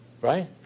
Right